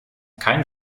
keinen